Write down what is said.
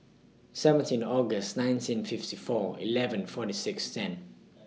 seventeen August nineteen fifty four eleven forty six ten